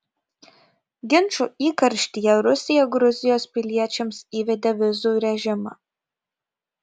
ginčų įkarštyje rusija gruzijos piliečiams įvedė vizų režimą